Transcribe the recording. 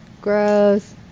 Gross